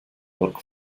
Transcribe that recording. look